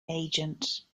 agent